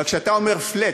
אבל כשאתה אומר: flat,